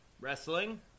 Wrestling